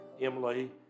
Emily